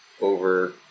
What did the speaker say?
over